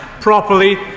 properly